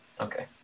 Okay